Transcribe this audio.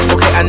Okay